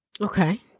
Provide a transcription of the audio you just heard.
Okay